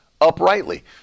uprightly